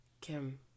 Kim